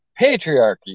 patriarchy